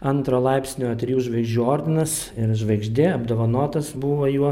antro laipsnio trijų žvaigždžių ordinas ir žvaigždė apdovanotas buvo juo